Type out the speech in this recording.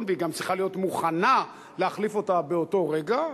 והיא גם צריכה להיות מוכנה להחליף אותה באותו רגע,